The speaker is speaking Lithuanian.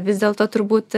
vis dėlto turbūt